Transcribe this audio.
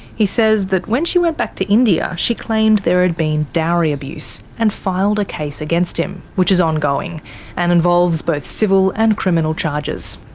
he says that when she went back to india, she claimed there had been dowry abuse and filed a case against him, which is ongoing and involves both civil and criminal charges.